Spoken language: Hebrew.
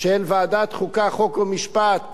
של ועדת חוקה, חוק ומשפט